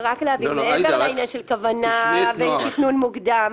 פה עניין של כוונה ותכנון מוקדם.